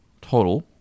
total